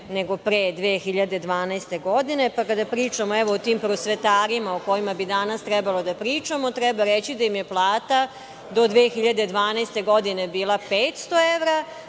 nego pre 2012. godine. Pa, kada pričamo evo o tim prosvetarima o kojima bi danas trebalo da pričamo, treba reći da im plata do 2012. godine bila 500 evra,